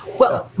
well,